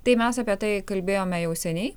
tai mes apie tai kalbėjome jau seniai